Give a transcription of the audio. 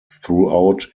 throughout